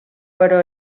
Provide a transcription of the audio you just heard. però